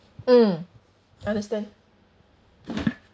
mm understand